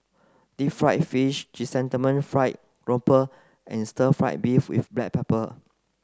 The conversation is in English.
deep fried fish Chrysanthemum fried grouper and stir fry beef with black pepper